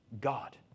God